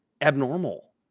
abnormal